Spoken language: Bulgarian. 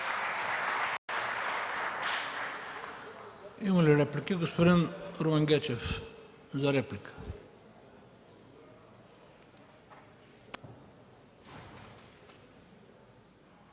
Има ли реплики? Господин Румен Гечев – за реплика.